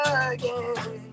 again